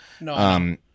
No